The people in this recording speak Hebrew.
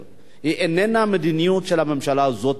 זו אינה מדיניות של הממשלה הזאת בלבד.